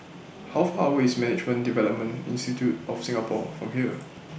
How Far away IS Management Development Institute of Singapore from here